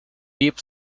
deep